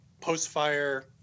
post-fire